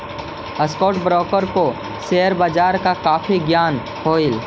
stock broker को share बाजार का काफी ज्ञान हो हई